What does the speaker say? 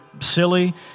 silly